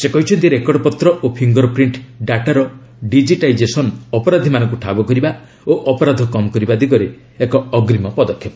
ସେ କହିଛନ୍ତି ରେକର୍ଡପତ୍ର ଓ ଫିଙ୍ଗର ପ୍ରିଷ୍ଟ୍ ଡାଟାର ଡିକିଟାଇଜେସନ୍ ଅପରାଧିମାନଙ୍କୁ ଠାବ କରିବା ଓ ଅପରାଧ କମ୍ କରିବା ଦିଗରେ ଏକ ଅଗ୍ରୀମ ପଦକ୍ଷେପ